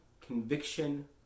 conviction